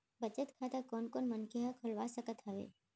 बचत खाता कोन कोन मनखे ह खोलवा सकत हवे?